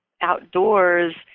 outdoors